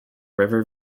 river